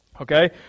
Okay